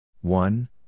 one